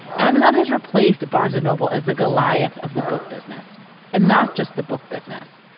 amazon has replaced barnes and noble as the goliath of the book business and not just the book business.